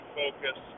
focus